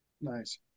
nice